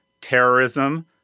terrorism